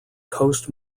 coast